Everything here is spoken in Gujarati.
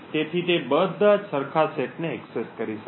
જેથી તે બધા જ સરખા સેટને એક્સેસ કરી શકે